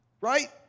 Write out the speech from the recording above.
Right